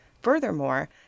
Furthermore